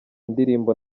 indirimbo